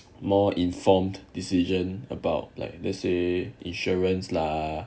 more informed decision about like let's say insurance lah